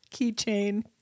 Keychain